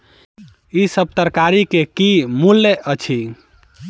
ई सभ तरकारी के की मूल्य अछि?